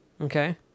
Okay